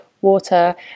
water